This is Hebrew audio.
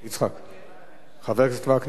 חבר הכנסת וקנין?